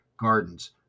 Gardens